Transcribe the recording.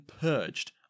purged